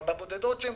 אבל הבודדות שקיימות,